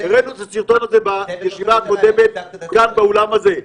הראנו את הסרטון הזה בישיבה הקודמת גם באולם הזה.